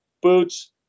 Boots